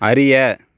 அறிய